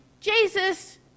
Jesus